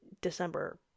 December